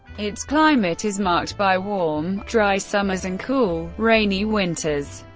its climate is marked by warm, dry summers and cool, rainy winters.